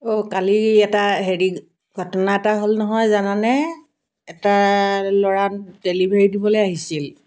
অ' কালি এটা হেৰি ঘটনা এটা হ'ল নহয় জানানে এটা ল'ৰা ডেলিভাৰি দিবলৈ আহিছিল